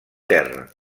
terra